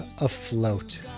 afloat